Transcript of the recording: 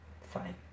fine